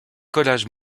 collages